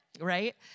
right